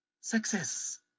Success